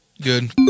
Good